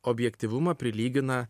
objektyvumą prilygina